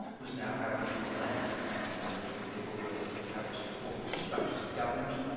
was now aboriginal land, and aboriginal people were encouraged to form structures of government,